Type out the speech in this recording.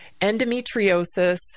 endometriosis